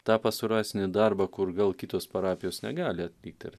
tą pastoracinį darbą kur gal kitos parapijos negali atlikt ir